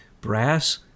brass